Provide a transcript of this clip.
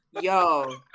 yo